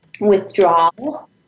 withdrawal